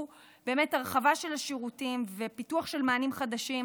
באמת הרחבה של השירותים ופיתוח של מענים חדשים